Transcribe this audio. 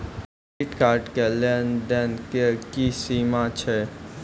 Credit card के लेन देन के की सीमा छै?